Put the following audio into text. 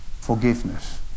forgiveness